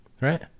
right